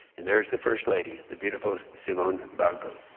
and there is the first lady, the beautiful simone gbagbo.